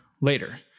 later